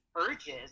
Urges